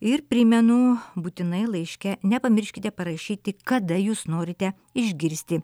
ir primenu būtinai laiške nepamirškite parašyti kada jūs norite išgirsti